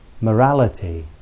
morality